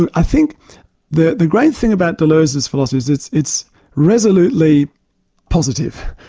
and i think the the great thing about deleuze's philosophy is it's it's resolutely positive,